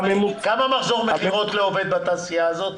כמה מחזור מכירות לעובד בתעשייה הזאת?